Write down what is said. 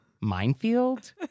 minefield